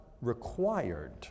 required